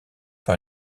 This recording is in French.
par